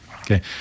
Okay